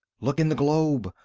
look in the globe!